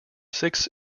six